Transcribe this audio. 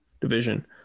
Division